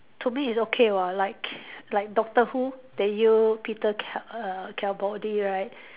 to me it's okay [what] like like Doctor Who they use Peter Cal~ err Capaldi right